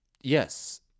yes